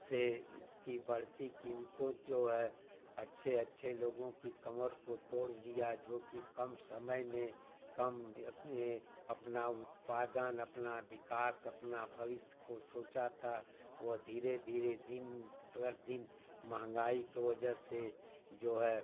से की बढ़ती क़ीमतें जो है अच्छे अच्छे लोगों की कमर को तोड़ दिया जोकि कम समय में कम अपना उत्पादन अपना विकास अपना भविष्य को सोचा था वह धीरे धीरे दिन पर दिन महँगाई की वजह से जो है